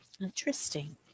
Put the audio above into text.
Interesting